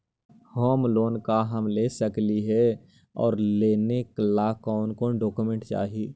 Home loan का हम ले सकली हे, और लेने ला कोन कोन डोकोमेंट चाही?